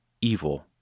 evil